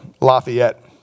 Lafayette